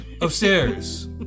upstairs